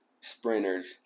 sprinters